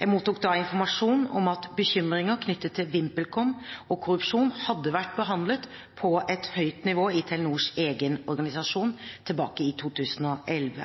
Jeg mottok da informasjon om at bekymringer knyttet til VimpelCom og korrupsjon hadde vært behandlet på et høyt nivå i Telenors egen organisasjon tilbake i 2011.